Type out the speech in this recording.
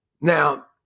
Now